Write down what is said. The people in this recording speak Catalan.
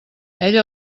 ell